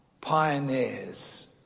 pioneers